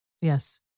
Yes